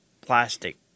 plastic